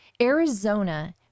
Arizona